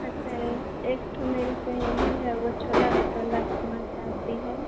अच्छा ए एक ठो मेरी सहेली है वो छोला भटूरा खाना चाहती है